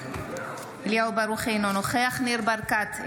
אינו נוכח ניר ברקת,